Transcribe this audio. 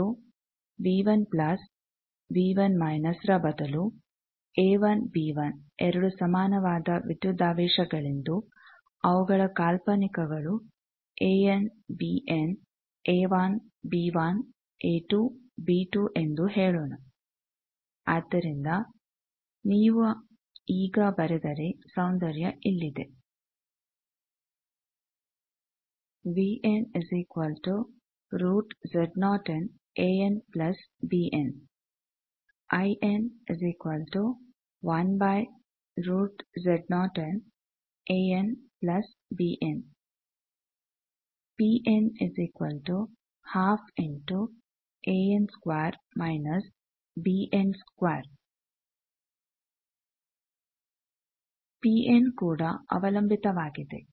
ಮತ್ತು ರ ಬದಲು ಎರಡು ಸಮಾನವಾದ ವಿದ್ಯುದಾವೇಶಗಳೆಂದೂ ಅವುಗಳ ಕಾಲ್ಪಾನಿಕಗಳು ಎಂದೂ ಹೇಳೋಣ ಆದ್ದರಿಂದ ನೀವು ಈಗ ಬರೆದರೆ ಸೌಂದರ್ಯ ಇಲ್ಲಿದೆ Pn ಕೂಡ ಅವಲಂಬಿತವಾಗಿದೆ